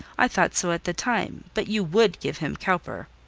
i thought so at the time but you would give him cowper.